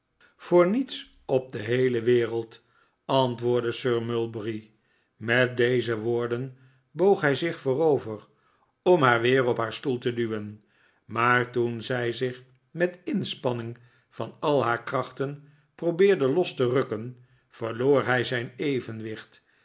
voor niets op de heele wereld antwoordde sir mulberry met deze woorden boog hij zich voorover om haar weer op haar stoel te duwen maar toen zij zich met inspanning van al haar krachten probeerde los te rukken verloor hij zijn evenwicht